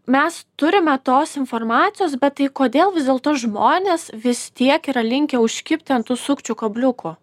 mes turime tos informacijos bet tai kodėl vis dėlto žmonės vis tiek yra linkę užkibti ant sukčių kabliuko